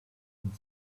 und